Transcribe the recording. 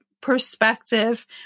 perspective